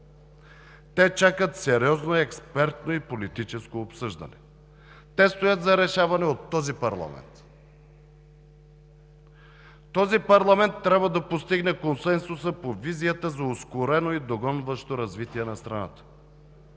Те чакат сериозно експертно и политическо обсъждане. Те стоят за решаване от този парламент. Този парламент трябва да постигне консенсус по визията за ускорено и догонващо развитие на страната,